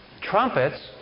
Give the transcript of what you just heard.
Trumpets